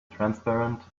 transparent